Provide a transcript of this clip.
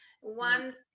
one